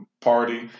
Party